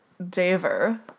Daver